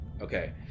Okay